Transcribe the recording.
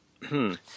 -hmm